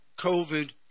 COVID